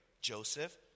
Joseph